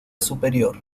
superior